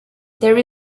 there